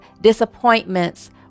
disappointments